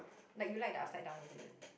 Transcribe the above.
like you like the upside down is it